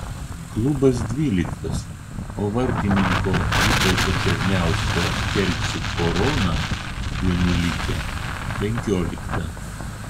klubas dvyliktas o vartininko vytauto černiausko kelcų korona vienuolikė penkiolikta